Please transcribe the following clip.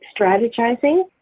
strategizing